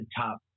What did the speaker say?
top